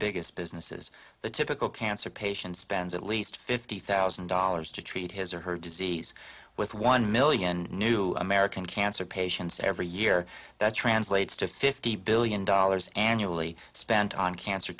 biggest businesses the typical cancer patient stands at least fifty thousand dollars to treat his or her disease with one million new american cancer patients every year that translates to fifty billion dollars annually spent on cancer